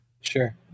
Sure